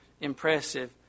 impressive